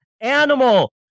animal